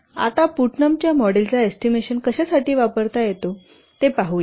आता पुट्नम च्या मॉडेलचा एस्टिमेशन कशासाठी वापरता येतो ते पाहू या